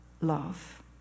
love